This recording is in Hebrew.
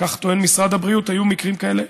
כך טוען משרד הבריאות, שהיו מקרים כאלה.